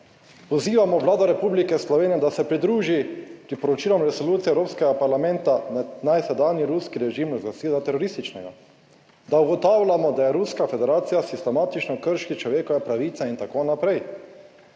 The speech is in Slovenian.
Pozivamo Vlado Republike Slovenije, da se pridruži priporočilom resolucije Evropskega parlamenta, naj sedanji ruski režim glasila terorističnega, da ugotavljamo, da je Ruska federacija sistematično krši človekove pravice in tako naprej,